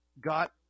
got –